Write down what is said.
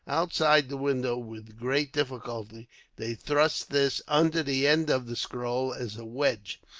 outside the window with great difficulty they thrust this under the end of the scroll, as a wedge.